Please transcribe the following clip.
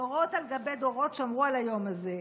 דורות על גבי דורות, שמרו על היום הזה,